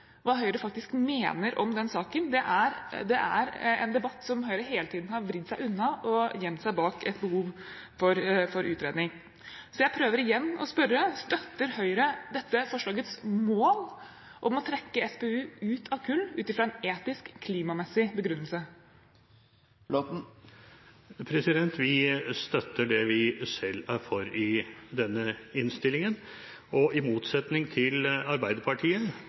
hva Høyre faktisk mener om den saken. Det er en debatt som Høyre hele tiden har vridd seg unna, og hvor de har gjemt seg bak et behov for utredning. Jeg prøver igjen å spørre: Støtter Høyre dette forslagets mål om å trekke SPU ut av kull ut ifra en klimamessig etisk begrunnelse? Vi støtter det vi selv er for i denne innstillingen – i motsetning til Arbeiderpartiet,